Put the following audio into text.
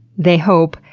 they hope,